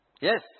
Yes